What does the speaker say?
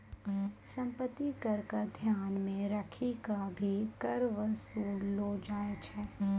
सम्पत्ति कर क ध्यान मे रखी क भी कर वसूललो जाय छै